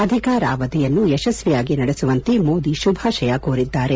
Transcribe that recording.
ಅಧಿಕಾರಾವಧಿಯನ್ನು ಯಶಸ್ತಿಯಾಗಿ ನಡೆಸುವಂತೆ ಮೋದಿ ಶುಭಾಶಯ ಕೋರಿದ್ಲಾರೆ